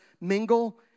mingle